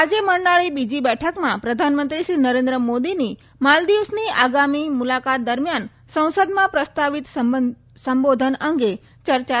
આજે મળનારી બીજી બેઠકમાં પ્રધાનમંત્રી શ્રી નરેન્દ્ર મોદીની માલદીવ્સની આગામી મુલાકાત દરમિયાન સંસદમાં પ્રસ્તાવિત સંબોધન અંગે ચર્ચા થશે